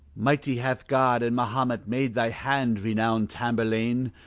mighty hath god and mahomet made thy hand, renowmed tamburlaine,